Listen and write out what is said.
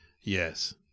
Yes